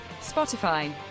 Spotify